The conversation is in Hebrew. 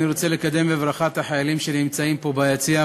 אני רוצה לקדם בברכה את החיילים שנמצאים פה ביציע,